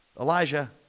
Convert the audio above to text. Elijah